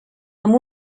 amb